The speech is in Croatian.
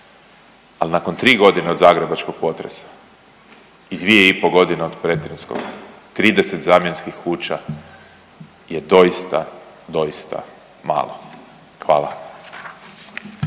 Ali nakon 3 godine od zagrebačkog potresa i 2,5 godine od petrinjskoga 30 zamjenskih kuća je doista, doista malo. Hvala.